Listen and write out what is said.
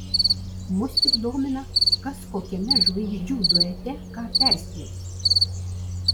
mus tik domina kas kokiame žvaigždžių duete ką perspjaus